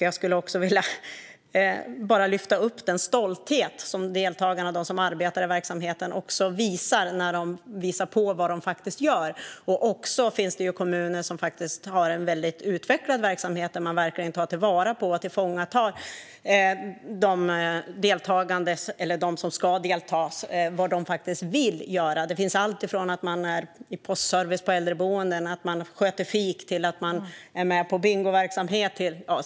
Jag skulle också vilja lyfta upp stoltheten hos dem som arbetar i verksamheten när de visar vad de faktiskt gör. Det finns också kommuner som har en väldigt utvecklad verksamhet där man verkligen fångar upp och tar till vara vad deltagarna faktiskt vill göra. Det finns alltifrån att man är i postservicen på äldreboenden eller sköter fik till att man är med på bingoverksamhet.